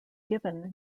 given